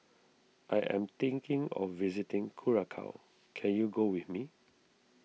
I am thinking of visiting Curacao can you go with me